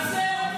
אז זהו.